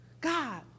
God